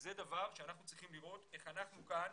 וזה דבר שאנחנו צריכים לראות איך אנחנו כאן